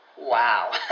Wow